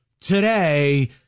today